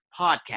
podcast